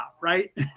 right